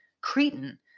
Cretan